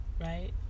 Right